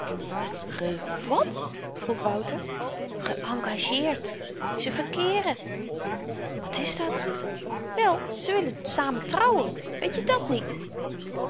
wàt vroeg wouter geëngageerd ze verkeeren wat is dat wel ze willen samen trouwen weetje dàt niet